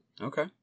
Okay